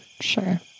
Sure